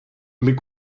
mais